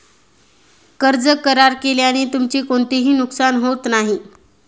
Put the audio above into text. कर्ज करार केल्याने तुमचे कोणतेही नुकसान होत नाही